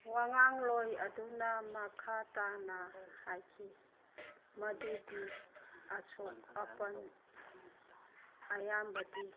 ꯋꯥ ꯉꯥꯡꯂꯣꯏ ꯑꯗꯨꯅ ꯃꯈꯥ ꯇꯥꯅ ꯍꯥꯏꯈꯤ ꯃꯗꯨꯗꯤ ꯑꯁꯣꯛ ꯑꯄꯟ ꯑꯌꯥꯝꯕꯗꯤ